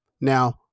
Now